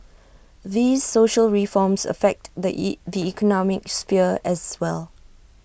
these social reforms affect the E the economic sphere as well